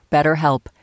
BetterHelp